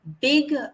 big